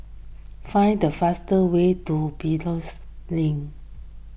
find the fast way to Biopolis Link